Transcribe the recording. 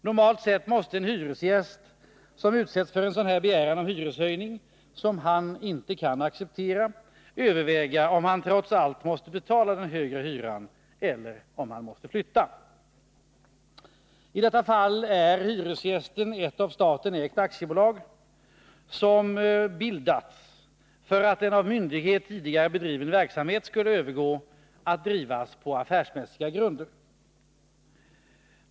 Normalt sett måste en hyresgäst som utsätts för en sådan begäran om hyreshöjning, som han inte kan acceptera, överväga om han trots allt måste betala den högre hyran eller om han måste flytta. I detta fall är hyresgästen ett av staten ägt aktiebolag som bildats för att en av myndighet tidigare bedriven verksamhet skulle övergå till att bedrivas på affärsmässiga grunder.